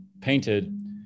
painted